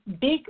big